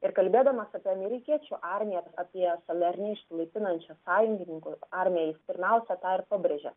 ir kalbėdamas apie amerikiečių armiją apie išsilaipinančius sąjungininkų armiją jis pirmiausia tą ir pabrėžė